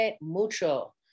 Mucho